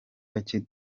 bake